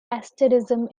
asterism